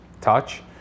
touch